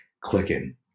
clicking